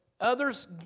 others